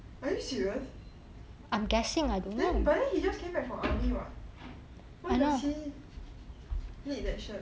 are you serious then but then he just came back from army what why does he need that shirt